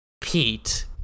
Pete